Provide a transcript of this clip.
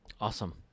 Awesome